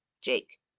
Jake